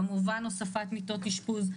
כמובן הוספת מיטות אשפוז.